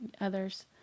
others